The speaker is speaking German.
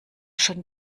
schon